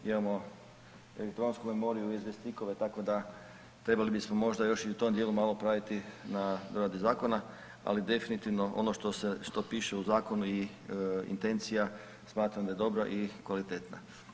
Imamo elektronsku memoriju, USB stikove tako da trebali bismo još i na tom dijelu malo poraditi na doradi zakona, ali definitivno ono što piše u zakonu i intencija smatram da je dobra i kvalitetna.